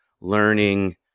learning